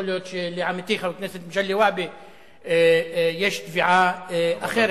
יכול להיות שלעמיתי חבר הכנסת מג'לי והבה יש תביעה אחרת,